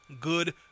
good